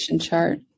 chart